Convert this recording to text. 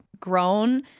grown